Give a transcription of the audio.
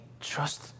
trust